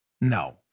No